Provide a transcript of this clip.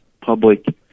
public